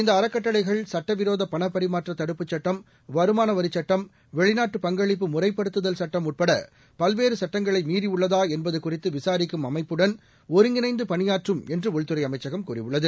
இந்தஅறக்கட்டளைகள் சட்டவிரோதபணப்பரிமாற்றதடுப்புச் சட்டம் வருமானவரிச் சட்டம் வெளிநாட்டு முறைப்படுத்துதல் சட்டம் உட்படபல்வேறுசட்டங்களைமீறியுள்ளதாஎன்பதுகுறித்துவிசாரிக்கும் பங்களிப்பு அமைப்புடன் ஒருங்கிணைந்துபணியாற்றும் என்றுஉள்துறைஅமைச்சகம் கூறியுள்ளது